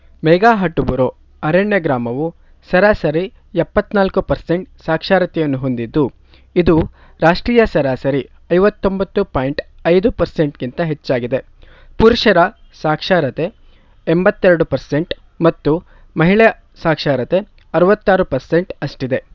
ಮೇಘಾಹಟುಬುರು ಅರಣ್ಯ ಗ್ರಾಮವು ಸರಾಸರಿ ಎಪ್ಪತ್ತ್ನಾಲ್ಕು ಪರ್ಸೆಂಟ್ ಸಾಕ್ಷರತೆಯನ್ನು ಹೊಂದಿದ್ದು ಇದು ರಾಷ್ಟ್ರೀಯ ಸರಾಸರಿ ಐವತ್ತೊಂಬತ್ತು ಪಾಯಿಂಟ್ ಐದು ಪರ್ಸೆಂಟ್ಗಿಂತ ಹೆಚ್ಚಾಗಿದೆ ಪುರುಷರ ಸಾಕ್ಷರತೆ ಎಂಬತ್ತೆರಡು ಪರ್ಸೆಂಟ್ ಮತ್ತು ಮಹಿಳಾ ಸಾಕ್ಷರತೆ ಅರುವತ್ತಾರು ಪರ್ಸೆಂಟ್ ಅಷ್ಟಿದೆ